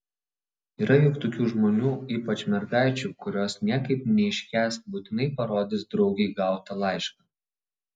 yra juk tokių žmonių ypač mergaičių kurios niekaip neiškęs būtinai parodys draugei gautą laišką